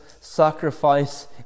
sacrifice